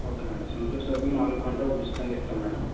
okay madam Santoor సబ్బులు నాలుగు కొంటే ఒకటి ఉచితంగా ఇస్తాం మ్యాడమ్